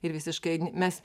ir visiškai mes